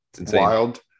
wild